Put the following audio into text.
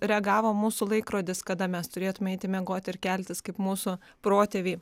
reagavo mūsų laikrodis kada mes turėtume eiti miegoti ir keltis kaip mūsų protėviai